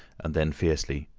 and then fiercely,